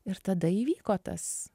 ir tada įvyko tas